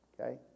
Okay